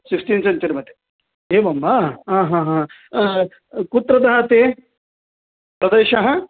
sixteen सेञ्चुरिमध्ये एवं वा हा हा हा कुत्र दाति प्रदेशः